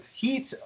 Heat